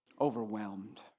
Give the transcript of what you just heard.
overwhelmed